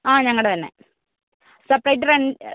ആ ഞങ്ങളുടെ തന്നെ സെപ്പറേറ്റ് റെൻ്റ്